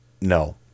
No